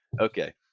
Okay